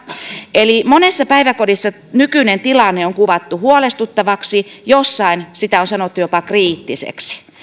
monessa päiväkodissa nykyinen tilanne on kuvattu huolestuttavaksi joissain sitä on sanottu jopa kriittiseksi